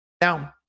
Now